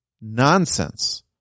nonsense